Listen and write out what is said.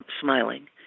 smiling